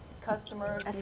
customers